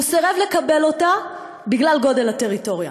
והוא סירב לקבל אותה בגלל גודל הטריטוריה.